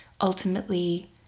ultimately